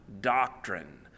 doctrine